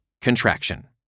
contraction